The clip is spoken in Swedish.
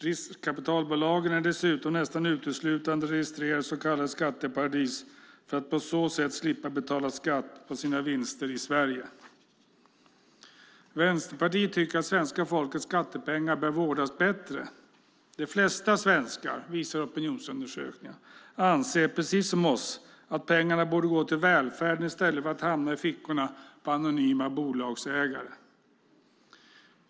Riskkapitalbolagen är dessutom nästan uteslutande registrerade i så kallade skatteparadis för att på så sätt slippa betala skatt på sina vinster i Sverige. Vänsterpartiet tycker att svenska folkets skattepengar bör vårdas bättre. Opinionsundersökningar visar att de flesta svenskar, precis som vi, anser att pengarna borde gå till välfärden i stället för att hamna i fickorna på anonyma bolagsägare.